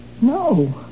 No